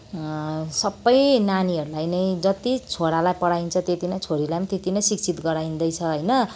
सबै नानीहरूलाई नै जति छोरालाई पढाइन्छ त्यति नै छोरीलाई पनि त्यति नै शिक्षित गराइँदैछ होइन